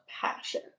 passion